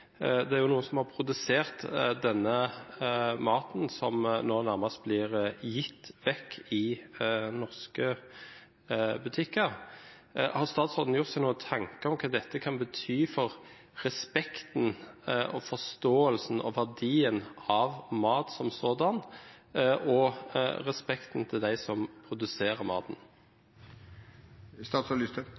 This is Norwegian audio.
som har produsert denne maten som nå nærmest blir gitt vekk i norske butikker. Har statsråden gjort seg opp noen tanker om hva dette kan bety for respekten og forståelsen av verdien av mat som sådan, og respekten for dem som produserer